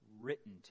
written